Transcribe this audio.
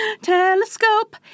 Telescope